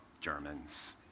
Germans